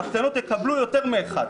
הקטנות יקבלו יותר מאחד,